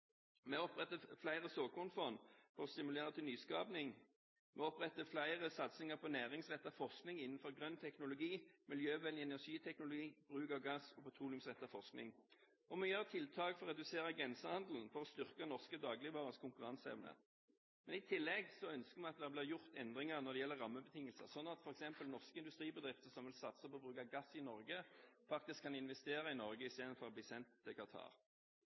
Vi oppretter flere såkornfond for å stimulere til nyskaping. Vi oppretter flere satsinger på næringsrettet forskning innenfor grønn teknologi, miljøvennlig energiteknologi, bruk av gass og petroleumsrettet forskning. Vi gjør tiltak for å redusere grensehandelen for å styrke norske dagligvarers konkurranseevne. Men i tillegg ønsker vi at det blir gjort endringer når det gjelder rammebetingelser, sånn at f.eks. norske industribedrifter som vil satse på bruk av gass i Norge, faktisk kan investere i Norge istedenfor å bli sendt til